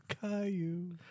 Caillou